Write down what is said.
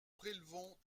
prélevons